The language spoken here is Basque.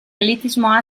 elitismoa